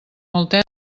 molt